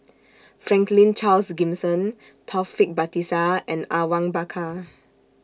Franklin Charles Gimson Taufik Batisah and Awang Bakar